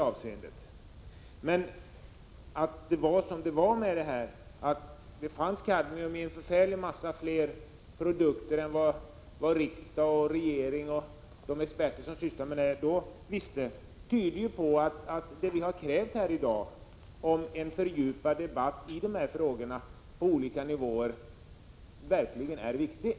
Att det finns kadmium i betydligt fler produkter än vad regering, riksdag och experterna på området då visste tyder på att det vi i dag kräver, en fördjupad debatt i dessa frågor på olika nivåer, verkligen är viktigt.